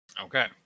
okay